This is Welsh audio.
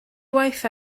waith